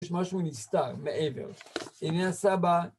יש משהו נסתר מעבר הנה הסבא